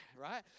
right